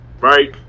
right